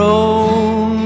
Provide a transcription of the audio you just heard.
own